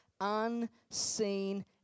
unseen